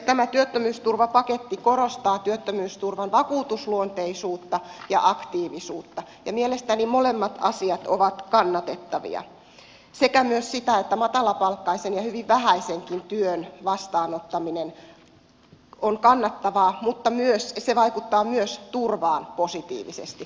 tämä työttömyysturvapaketti korostaa työttömyysturvan vakuutusluonteisuutta ja aktiivisuutta ja mielestäni molemmat asiat ovat kannatettavia sekä myös sitä että matalapalkkaisen ja hyvin vähäisenkin työn vastaanottaminen on kannattavaa mutta se vaikuttaa myös turvaan positiivisesti